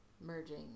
merging